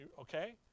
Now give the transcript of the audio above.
okay